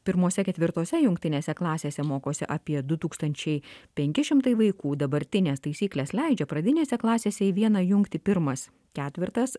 pirmose ketvirtose jungtinėse klasėse mokosi apie du tūkstančiai penki šimtai vaikų dabartinės taisyklės leidžia pradinėse klasėse į vieną jungti pirmas ketvertas